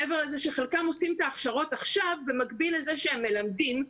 מעבר לזה שחלקם עושים את ההכשרות עכשיו במקביל לזה שהם מלמדים,